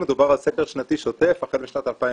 מדובר על סקר שנתי שוטף החל משנת 2002,